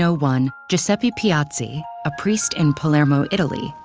so one, giuseppe piazzi, a priest in palermo, italy,